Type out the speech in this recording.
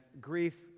grief